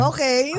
Okay